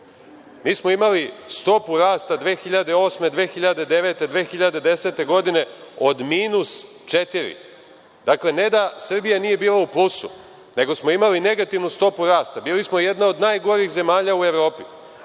mi smo imali stopu rasta 2008, 2009, 2010. godine od minus četiri. Dakle, ne da Srbija nije bila u plusu, nego smo imali negativnu stopu rasta, bili smo jedna od najgorih zemalja u Evropi.Za